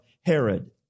Herod